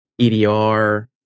EDR